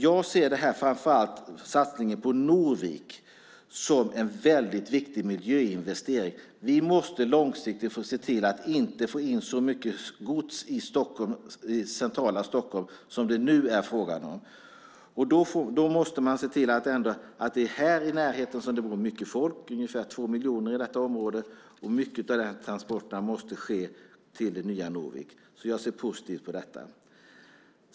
Jag ser framför allt satsningen på Norvik som en väldigt viktig miljöinvestering. Vi måste långsiktigt se till att inte få in så mycket gods i centrala Stockholm som det nu är fråga om. Det är här i närheten som det bor mycket folk - det bor ungefär två miljoner i detta område - och mycket av transporterna måste ske till det nya Norvik. Jag ser positivt på detta.